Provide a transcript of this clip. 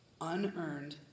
unearned